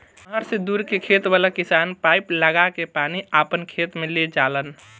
नहर से दूर के खेत वाला किसान पाइप लागा के पानी आपना खेत में ले जालन